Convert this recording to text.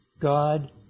God